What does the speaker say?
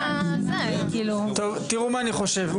תראו מה אני חושב.